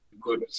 good